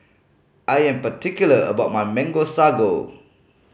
I am particular about my Mango Sago